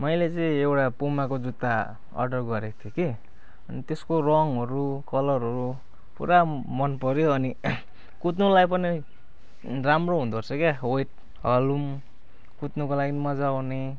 मैले चाहिँ एउटा पुमाको जुत्ता अर्डर गरेको थिएँ कि अनि त्यसको रङहरू कलरहरू पुरा मन पऱ्यो अनि कुद्नुलाई पनि राम्रो हुँदो रहेछ क्या वेट हलुङ कुद्नको लागि पनि मजा आउने